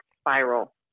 spiral